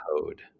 code